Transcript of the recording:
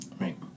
Right